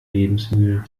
lebensmüde